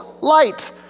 light